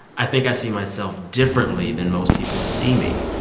i think i see myself differently than most people see me.